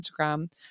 instagram